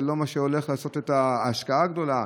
זה לא מה שהולך לעשות את ההשקעה הגדולה.